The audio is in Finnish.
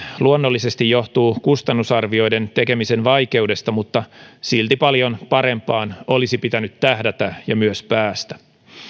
luonnollisesti johtuu kustannusarvioiden tekemisen vaikeudesta mutta silti paljon parempaan olisi pitänyt tähdätä ja myös päästä